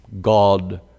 God